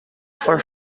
for